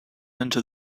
into